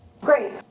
Great